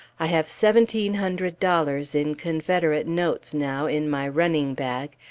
i have seventeen hundred dollars in confederate notes now in my running-bag,